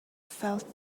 felt